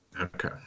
Okay